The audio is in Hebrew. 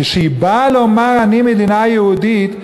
כשהיא באה לומר: אני מדינה יהודית,